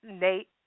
Nate